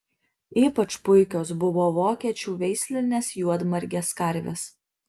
ypač puikios buvo vokiečių veislinės juodmargės karvės